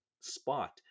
spot